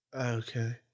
okay